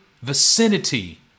vicinity